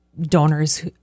donors